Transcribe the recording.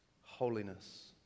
Holiness